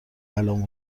الان